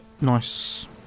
Nice